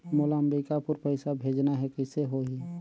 मोला अम्बिकापुर पइसा भेजना है, कइसे होही?